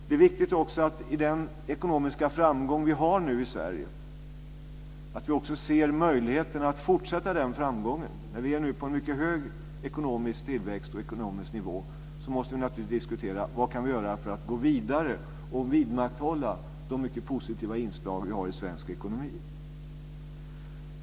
Det är också viktigt med den ekonomiska framgång som vi har nu i Sverige att vi ser möjligheten att fortsätta ha denna framgång. När vi nu ligger på en mycket hög ekonomisk tillväxtnivå måste vi naturligtvis diskutera vad vi kan göra för att gå vidare och vidmakthålla de mycket positiva inslag vi har i svensk ekonomi.